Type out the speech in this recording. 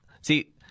see